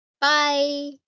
Bye